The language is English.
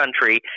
country